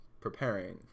preparing